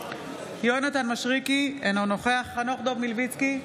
יונתן מישרקי, אינו נוכח חנוך דב מלביצקי,